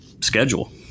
schedule